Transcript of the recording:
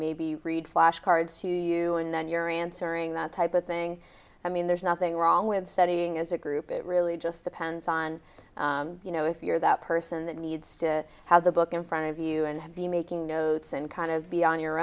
maybe read flash cards to you and then you're answering that type of thing i mean there's nothing wrong with studying as a group it really just depends on you know if you're that person that needs to how the book in front of you and be making notes and kind of be on your